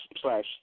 slash